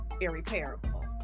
irreparable